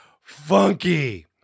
funky